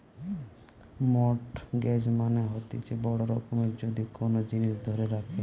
mortgage মানে হতিছে বড় রকমের যদি কোন জিনিস ধরে রাখে